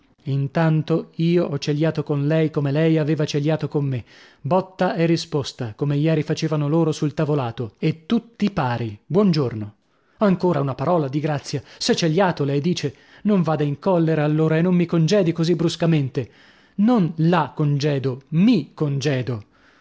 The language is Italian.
intanto io ho celiato con lei come lei aveva celiato con me botta e risposta come ieri facevano loro sul tavolato e tutti pari buon giorno ancora una parola di grazia s'è celiato lei dice non vada in collera allora e non mi congedi così bruscamente non la congedo mi congedo